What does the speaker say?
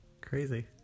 Crazy